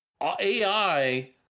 AI